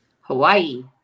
Hawaii